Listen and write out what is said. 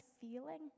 feeling